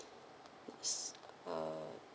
so uh